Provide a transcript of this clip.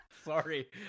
Sorry